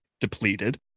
depleted